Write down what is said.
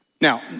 Now